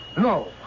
No